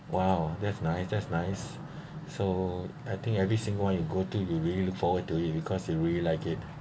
!wow! that's nice that's nice so I think every single one you go to you really look forward to it because he really like it